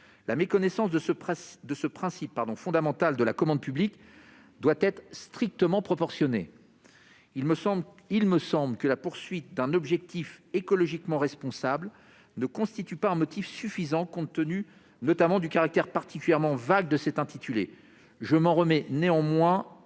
La méconnaissance de ce principe fondamental de la commande publique doit être strictement proportionnée. Il me semble que la poursuite d'un « objectif écologiquement responsable » ne constitue pas un motif suffisant, notamment au regard du caractère particulièrement vague de cette expression.